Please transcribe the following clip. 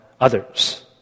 others